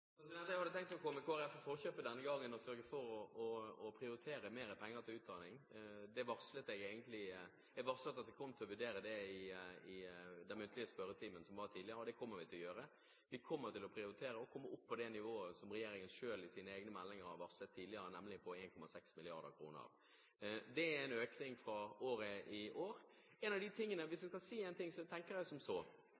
Jeg hadde tenkt å komme Kristelig Folkeparti i forkjøpet denne gangen og sørge for å prioritere mer penger til utdanning. Jeg varslet egentlig i en tidligere muntlig spørretime at vi kom til å vurdere det, og det kommer vi til å gjøre. Vi kommer til å prioritere å komme opp på det nivået som regjeringen selv i sine egne meldinger har varslet tidligere, nemlig på 1,6 mrd. kr. Det er en økning fra i år.